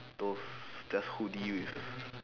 those just hoodie with